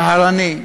טהרני,